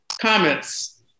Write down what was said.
comments